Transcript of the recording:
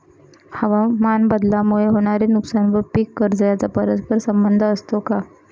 हवामानबदलामुळे होणारे नुकसान व पीक कर्ज यांचा परस्पर संबंध असतो का?